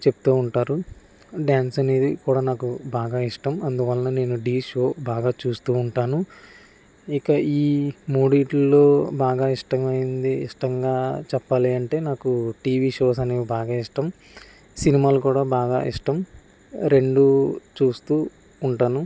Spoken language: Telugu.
చెప్తూ ఉంటారు డ్యాన్స్ అనేది కూడా నాకు బాగా ఇష్టం అందువలన నేను ఢీ షో బాగా చూస్తూ ఉంటాను ఇక ఈ మూడిటిలో బాగా ఇష్టమైంది ఇష్టంగా చెప్పాలి అంటే నాకు టీవీ షోస్ అనేవి బాగా ఇష్టం సినిమాలు కూడా బాగా ఇష్టం రెండు చూస్తూ ఉంటాను